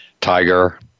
Tiger